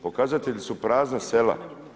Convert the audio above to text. Pokazatelji su prazna sela.